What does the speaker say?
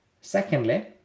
Secondly